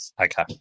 okay